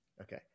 okay